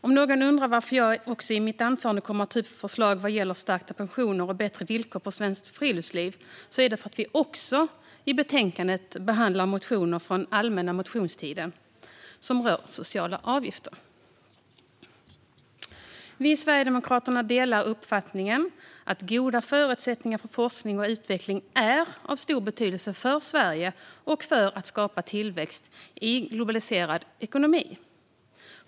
Om någon undrar varför jag i mitt anförande kommer att ta upp våra förslag om stärkta pensioner och bättre villkor för svenskt friluftsliv är det för att vi i betänkandet också behandlar motioner från allmänna motionstiden som rör sociala avgifter. Vi i Sverigedemokraterna delar uppfattningen att goda förutsättningar för forskning och utveckling är av stor betydelse för Sverige och för att skapa tillväxt i en globaliserad ekonomi.